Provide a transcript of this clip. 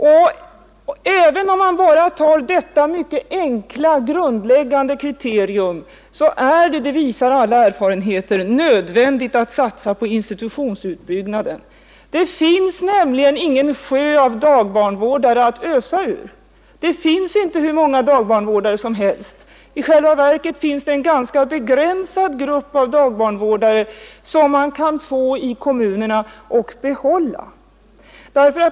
Men även om man bara tar detta mycket enkla grundläggande kriterium visar all erfarenhet nödvändigheten av att satsa på institutionsutbyggnaden. Det finns nämligen ingen uppsjö av dagbarnvårdare att ösa ur. Det finns inte hur många barndagvårdare som helst. I själva verket finns det en ganska begränsad grupp av barndagvårdare, som man kan få och behålla i kommunerna.